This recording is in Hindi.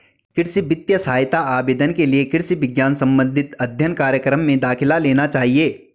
कृषि वित्तीय सहायता आवेदन के लिए कृषि विज्ञान संबंधित अध्ययन कार्यक्रम में दाखिला लेना चाहिए